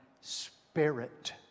spirit